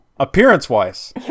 Appearance-wise